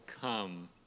come